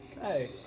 Hey